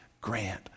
grant